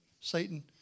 Satan